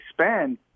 spend